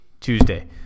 Tuesday